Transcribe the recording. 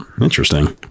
interesting